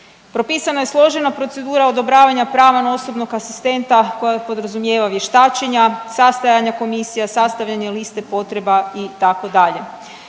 propisana je složena procedura odobravanja prava na osobnog asistenta koja podrazumijeva vještačenja, sastajanja komisija, sastavljanje liste potreba, itd.